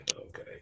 okay